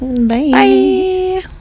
Bye